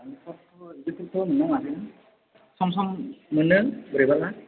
सम सम मोनो बोरैबाबा